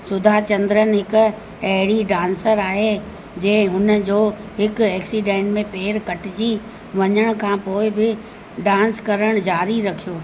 सुधा चंद्रनि हिकु अहिड़ी डांसर आहे जंहिं हुनजो हिकु एक्सीडेंट में पेर कटिजी वञण खां पोइ बि डांस करण जारी रखियो